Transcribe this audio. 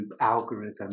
algorithm